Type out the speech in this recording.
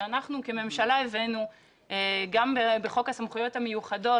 שאנחנו כממשלה הבאנו גם בחוק הסמכויות המיוחדות,